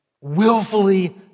willfully